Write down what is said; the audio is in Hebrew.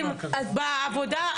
בעבודה,